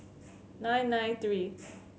nine nine three